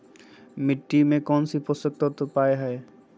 मिट्टी में कौन से पोषक तत्व पावय हैय?